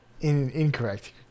Incorrect